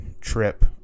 trip